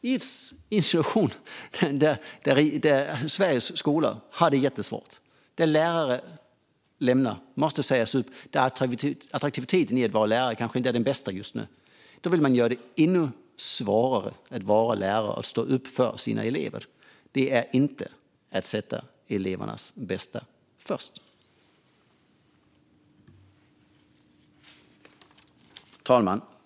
I en situation där Sveriges skolor har det jättesvårt, där lärare måste sägas upp och där attraktiviteten i att vara lärare kanske inte är den bästa vill man göra det ännu svårare att vara lärare och stå upp för sina elever. Det är inte att sätta elevernas bästa först. Fru talman!